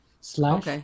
slash